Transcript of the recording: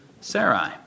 Sarai